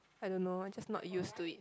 I don't know I'm just not used to it